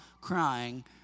crying